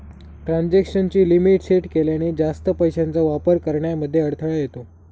transaction ची limit set केल्याने, जास्त पैशांचा वापर करण्यामध्ये अडथळा येतो